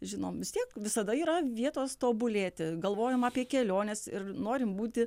žinom vis tiek visada yra vietos tobulėti galvojam apie keliones ir norim būti